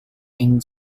and